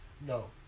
No